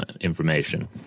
information